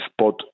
spot